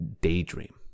daydream